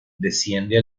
desciende